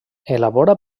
elabora